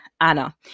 Anna